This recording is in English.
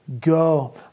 go